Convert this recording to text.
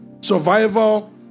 survival